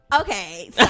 Okay